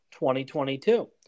2022